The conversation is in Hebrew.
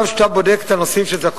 שעניינם